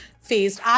faced